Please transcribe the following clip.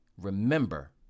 remember